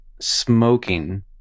smoking